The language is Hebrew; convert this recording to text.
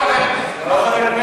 ז' בחשוון התשע"ז (8 בנובמבר 2016) ירושלים,